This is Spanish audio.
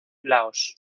laos